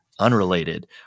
unrelated